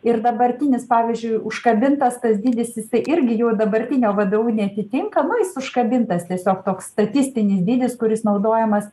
ir dabartinis pavyzdžiui užkabintas tas dydis jisai irgi jau dabartinio vdu neatitinka nu jis užkabintas tiesiog toks statistinis dydis kuris naudojamas